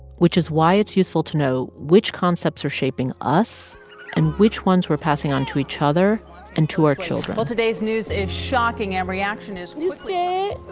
which is why it's useful to know which concepts are shaping us and which ones we're passing on to each other and to our children well, today's news is shocking. and reaction is quickly. yeah